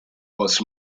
was